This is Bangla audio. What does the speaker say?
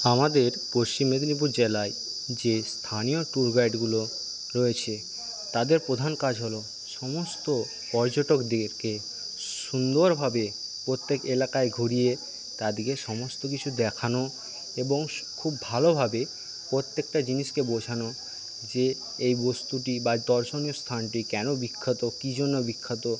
আমাদের পশ্চিম মেদিনীপুর জেলায় যে স্থানীয় ট্যুর গাইডগুলো রয়েছে তাদের প্রধান কাজ হল সমস্ত পর্যটকদেরকে সুন্দরভাবে প্রত্যেক এলাকায় ঘুরিয়ে তাদেরকে সমস্ত কিছু দেখানো এবং খুব ভালোভাবে প্রত্যেকটা জিনিসকে বোঝানো যে এই বস্তুটি বা এই দর্শনের স্থানটি কেন বিখ্যাত কি জন্য বিখ্যাত